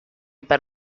per